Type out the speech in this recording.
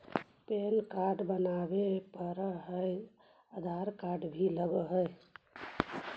Pan card बनावे पडय है आधार कार्ड भी लगहै?